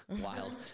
Wild